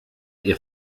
ihr